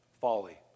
folly